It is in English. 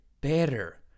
better